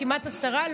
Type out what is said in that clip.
כמעט עשרה,